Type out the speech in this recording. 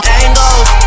angles